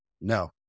No